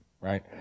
right